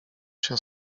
się